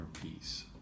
peace